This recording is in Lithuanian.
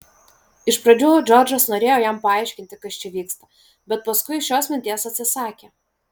iš pradžių džordžas norėjo jam paaiškinti kas čia vyksta bet paskui šios minties atsisakė